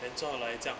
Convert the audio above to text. then 转来这样